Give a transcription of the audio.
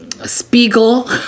Spiegel